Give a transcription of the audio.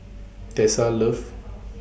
Tessa loves